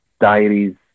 diaries